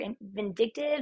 vindictive